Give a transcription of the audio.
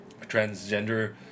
transgender